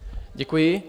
Děkuji.